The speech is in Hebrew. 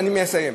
אני מסיים.